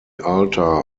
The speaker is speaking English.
altar